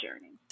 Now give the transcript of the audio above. journey